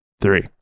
Three